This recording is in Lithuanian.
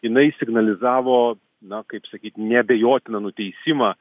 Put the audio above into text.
jinai signalizavo na kaip sakyt neabejotiną nuteisimą